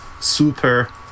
super